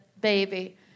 baby